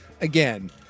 Again